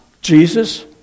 Jesus